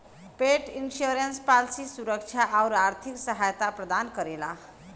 पेट insurance policy सुरक्षा आउर आर्थिक सहायता प्रदान करेला